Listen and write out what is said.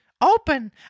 Open